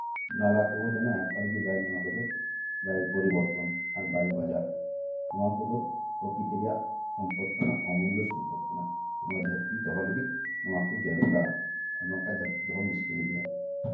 ᱱᱟᱞᱟ ᱠᱚ ᱡᱮᱱᱚ ᱮᱠᱟᱞᱜᱮ ᱵᱟᱭ ᱯᱚᱨᱤᱵᱚᱨᱛᱚᱱ ᱟᱨ ᱵᱟᱭ ᱵᱟᱡᱟᱨ ᱱᱚᱶᱟ ᱠᱚᱫᱚ ᱯᱨᱚᱠᱤᱨᱛᱤ ᱨᱮᱭᱟᱜ ᱥᱚᱢᱯᱚᱫ ᱠᱟᱱᱟ ᱚᱢᱩᱞᱚᱫᱚ ᱥᱚᱢᱯᱚᱫ ᱠᱟᱱᱟ ᱱᱚᱶᱟ ᱫᱷᱟᱹᱨᱛᱤ ᱫᱚᱦᱚ ᱞᱟᱹᱜᱤᱫ ᱱᱚᱶᱟ ᱠᱚ ᱡᱟᱹᱨᱩᱲᱟ ᱟᱨ ᱵᱟᱝᱠᱷᱟᱱ ᱫᱷᱟᱹᱨᱛᱤ ᱫᱚᱦᱚ ᱢᱩᱥᱠᱤᱞ ᱜᱮᱭᱟ